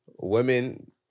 Women